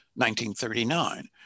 1939